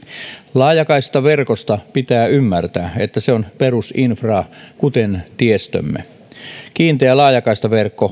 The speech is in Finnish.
laajakaistaverkosta pitää ymmärtää että se on perusinfraa kuten tiestömme kiinteä laajakaistaverkko